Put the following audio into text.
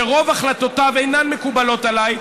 שרוב החלטותיו אינן מקובלות עליי,